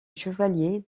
chevalier